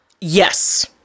yes